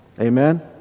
Amen